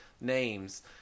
names